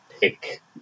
pick